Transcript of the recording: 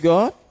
God